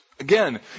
Again